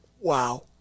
Wow